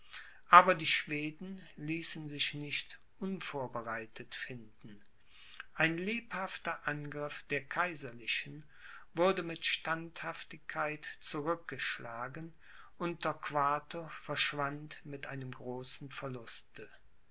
aber die schweden ließen sich nicht unvorbereitet finden ein lebhafter angriff der kaiserlichen wurde mit standhaftigkeit zurückgeschlagen und torquato verschwand mit einem großen verluste